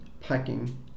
packing